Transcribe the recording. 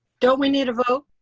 don't we need a vote?